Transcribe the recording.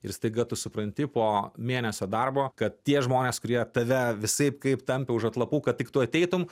ir staiga tu supranti po mėnesio darbo kad tie žmonės kurie tave visaip kaip tampė už atlapų kad tik tu ateitum